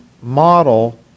model